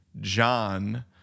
John